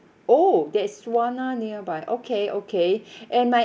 oh there's sauna nearby okay okay and my